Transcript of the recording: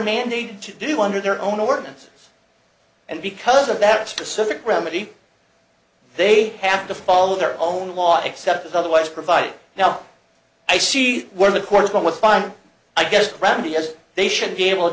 mandated to do under their own ordinance and because of that specific remedy they have to follow their own law except otherwise provided now i see where the court is going with fine i guess randi as they should be able to